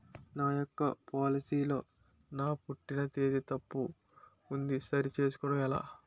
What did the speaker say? నా యెక్క పోలసీ లో నా పుట్టిన తేదీ తప్పు ఉంది సరి చేసుకోవడం ఎలా?